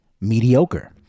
mediocre